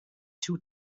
two